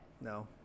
No